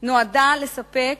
נועדה לספק